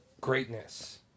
greatness